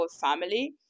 family